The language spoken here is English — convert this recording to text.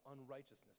unrighteousness